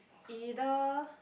either